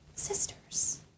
sisters